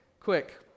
quick